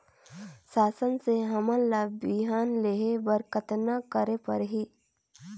शासन से हमन ला बिहान लेहे बर कतना करे परही?